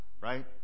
right